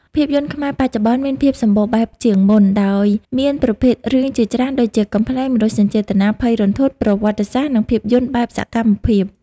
ភាពយន្តខ្មែរបច្ចុប្បន្នមានភាពសម្បូរបែបជាងមុន ដោយមានប្រភេទរឿងជាច្រើនដូចជា កំប្លែង មនោសញ្ចេតនា ភ័យរន្ធត់ ប្រវត្តិសាស្ត្រ និងភាពយន្តបែបសកម្មភាព។